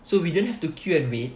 so we don't have to queue and wait